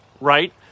right